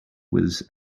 was